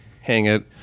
hang-it